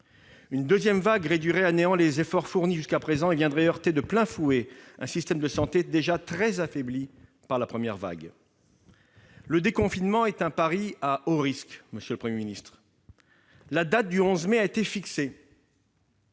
Une deuxième vague réduirait à néant les efforts fournis jusqu'à présent et viendrait heurter de plein fouet un système de santé déjà très affaibli par la première vague. Le déconfinement est un pari à haut risque, monsieur le Premier ministre. La date du 11 mai a été fixée,